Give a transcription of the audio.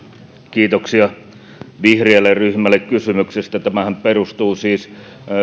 kiitoksia vihreälle ryhmälle kysymyksestä tämähän perustuu siis